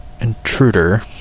Intruder